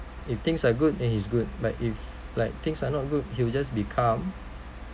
if things are good then he's good but if like things are not good he will just be calm